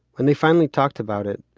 when they finally talked about it,